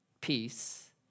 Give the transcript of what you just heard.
peace